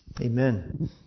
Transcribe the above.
Amen